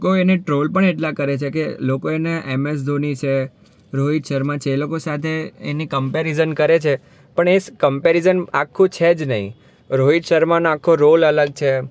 લોકો એને ટ્રોલ પણ એટલા કરે છે કે લોકો એને એમએસ ધોની છે રોહિત શર્મા છે એ લોકો સાથે એની કંપેરિઝન કરે છે પણ એ કંપેરિઝન આખું છે જ નહીં રોહિત શર્માનો આખો રોલ અલગ છે